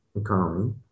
economy